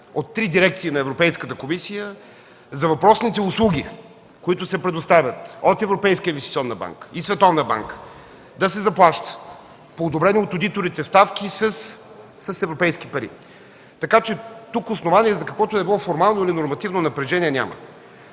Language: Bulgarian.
от три дирекции на Европейската комисия за въпросните услуги, които се предоставят от Европейска инвестиционна банка и Световна банка, да се заплаща по одобрени от одиторите ставки с европейски пари. Тук основание за каквото и да било формално или нормативно напрежение няма.